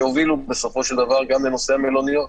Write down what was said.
שהובילו בסופו של דבר גם לנושא של המלוניות.